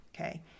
Okay